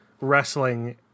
wrestling